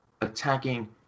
attacking